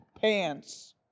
pants